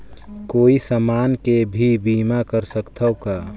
कोई समान के भी बीमा कर सकथव का?